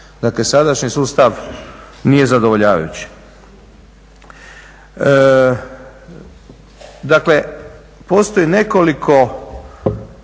Dakle, sadašnji sustav nije zadovoljavajući. Dakle, postoji nekoliko